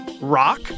rock